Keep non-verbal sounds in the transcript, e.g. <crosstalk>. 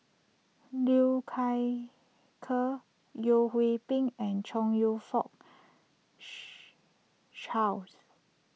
Liu Kai Ker Yeo Hwee Bin and Chong You Fook <unintelligible> Charles